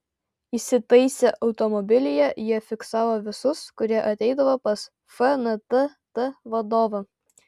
įsitaisę automobilyje jie fiksavo visus kurie ateidavo pas fntt vadovą